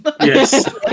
Yes